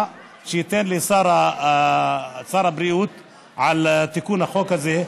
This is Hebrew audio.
שייתן לי שר הבריאות על תיקון החוק הזה.